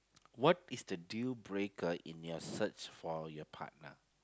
what is the deal breaker in your search for your partner